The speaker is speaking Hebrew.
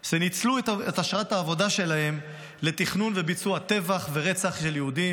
שניצלו את אשרת העבודה שלהם לתכנון וביצוע טבח ורצח של יהודים.